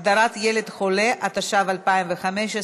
הגדרת ילד חולה), התשע"ו 2015,